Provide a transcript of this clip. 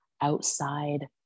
outside